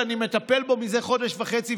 אני מטפל בו מזה חודש וחצי,